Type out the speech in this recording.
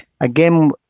again